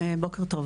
בוקר טוב.